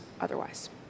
otherwise